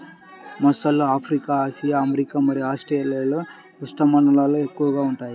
మొసళ్ళు Africa, Asia, America మరియు ఆస్ట్రేలియాలోని ఉష్ణమండలాల్లో ఎక్కువగా ఉంటాయి